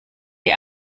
die